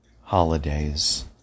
holidays